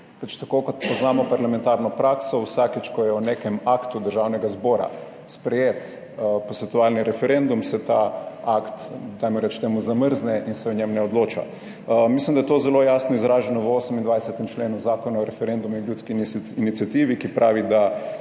tako kot poznamo parlamentarno prakso, vsakič, ko je v nekem aktu Državnega zbora sprejet posvetovalni referendum, se ta akt, dajmo reči temu, zamrzne in se o njem ne odloča. Mislim, da je to zelo jasno izraženo v 28. členu Zakona o referendumu in ljudski iniciativi, ki pravi, da